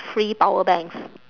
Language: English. free power banks